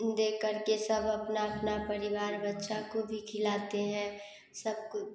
देकर के सब अपना अपना परिवार बच्चा को भी खिलाते हैं सब कुछ